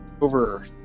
over